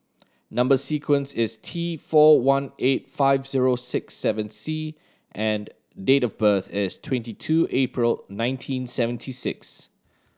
number sequence is T four one eight five zero six seven C and date of birth is twenty two April nineteen seventy six